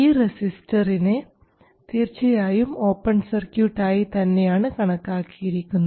ഈ റെസിസ്റ്ററിനെ തീർച്ചയായും ഓപ്പൺ സർക്യൂട്ട് ആയി തന്നെയാണ് കണക്കാക്കിയിരിക്കുന്നത്